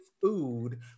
food